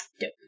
Dope